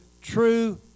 true